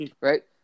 Right